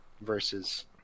versus